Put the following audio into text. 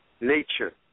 nature